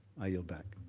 i yield back.